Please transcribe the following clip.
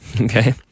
Okay